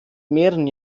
mehreren